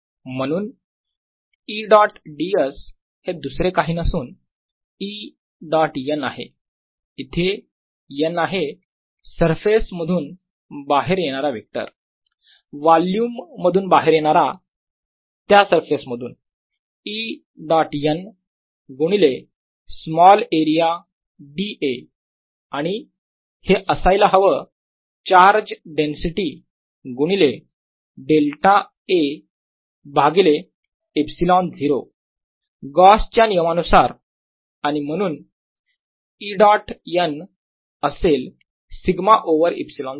म्हणून E dot ds हे दुसरे काही नसून E डॉट n आहे इथे n आहे सरफेस मधून बाहेर येणारा वेक्टर वोल्युम मधून बाहेर येणारा त्या सरफेस मधून E डॉट n गुणिले स्मॉल एरीया d a आणि हे असायला हवं चार्ज डेन्सिटी गुणिले डेल्टा a भागिले ε0 गॉस च्या नियमा Gausss law नुसार आणि म्हणून E डॉट n असेल सिग्मा ओवर ε0